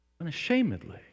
Unashamedly